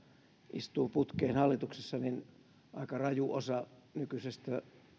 istuu putkeen hallituksessa niin aika raju osa nykyisestä